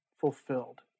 fulfilled